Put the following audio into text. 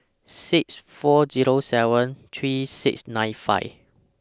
six four Zero seven three six nine five